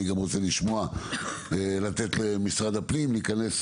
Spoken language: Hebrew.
אני גם רוצה לתת למשרד הפנים להיכנס